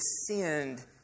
sinned